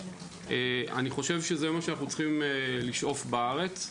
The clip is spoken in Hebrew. לזה אנחנו צריכים לשאוף בארץ.